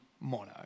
mono